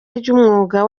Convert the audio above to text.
ry’umwuga